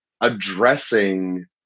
addressing